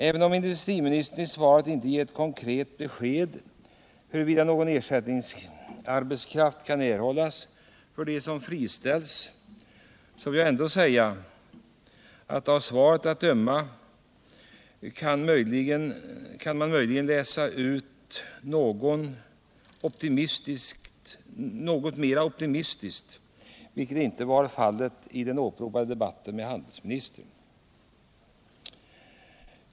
Även om industriministern i svaret inte ger ett konkret besked huruvida någon ersättningssysselsättning kan erhållas för dem som friställs, vill jag ändå säga att man i svaret möjligen kan läsa ut något mer optimism än man kunde spåra i den åberopade debatten med handelsministern.